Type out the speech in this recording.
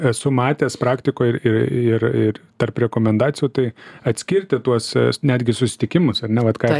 esu matęs praktikoj ir ir tarp rekomendacijų tai atskirti tuos netgi susitikimus ar ne vat ką